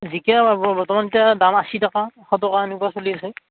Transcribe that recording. জিকা পাবো বৰ্তমান ইতা দাম আশী টকা এশ টকা এনেকুৱা চলি আছে